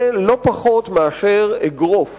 זה לא פחות מאשר אגרוף